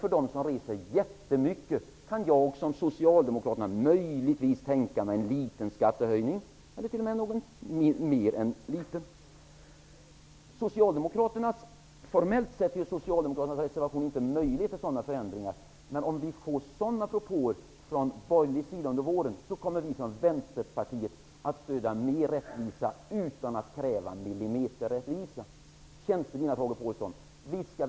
För dem som reser jättemycket kan jag, precis som socialdemokraterna, möjligtvis tänka mig en liten skattehöjning, t.o.m. litet större än liten. Formellt sett ger Socialdemokraternas reservation inte möjlighet till sådana förändringar. Men om sådana propåer kommer från borgerlig sida under våren, kommer vi i Vänsterpartiet att stödja mer rättvisa utan att kräva millimeterrättvisa. Till frågan om tjänstebilarna, Tage Påhlsson.